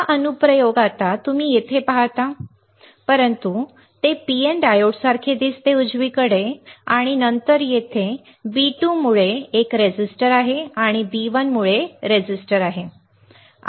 हा अनुप्रयोग आता तुम्ही येथे पाहता ते काहीच नाही परंतु ते PN डायोडसारखे दिसते उजवीकडे आणि नंतर येथे B2 मुळे एक रेझिस्टर आहे आणि नंतर B1 मुळे रेझिस्टर आहे जे बरोबर आहे